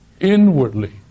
inwardly